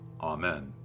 Amen